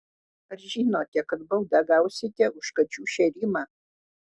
ar žinote kad baudą gausite už kačių šėrimą